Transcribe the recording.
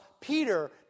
Peter